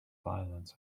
violence